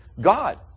God